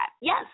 Yes